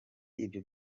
ibyo